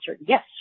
Yes